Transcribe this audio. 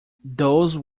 those